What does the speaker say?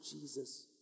Jesus